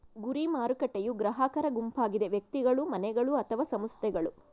ಗುರಿ ಮಾರುಕಟ್ಟೆಯೂ ಗ್ರಾಹಕರ ಗುಂಪಾಗಿದೆ ವ್ಯಕ್ತಿಗಳು, ಮನೆಗಳು ಅಥವಾ ಸಂಸ್ಥೆಗಳು